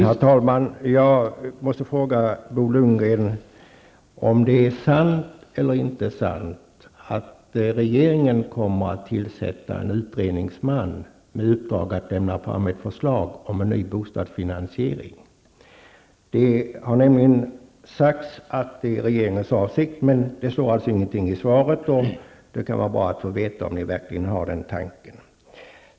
Herr talman! Jag måste fråga Bo Lundgren om det är sant eller inte att regeringen kommer att tillsätta en utredningsman med uppdrag att lämna fram ett förslag om en ny bostadsfinansiering. Det är nämligen sagt att det är regeringens avsikt, men det står alltså ingenting i svaret om det. Det kan vara bra att få veta om regeringen verkligen har denna tanke.